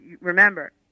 Remember